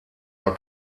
are